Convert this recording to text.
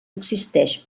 existeix